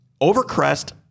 Overcrest